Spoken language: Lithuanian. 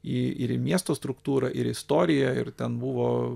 į ir į miesto struktūrą ir istoriją ir ten buvo